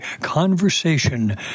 Conversation